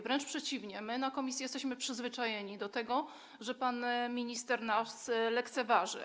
Wręcz przeciwnie, my w komisji jesteśmy przyzwyczajeni do tego, że pan minister nas lekceważy.